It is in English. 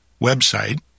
website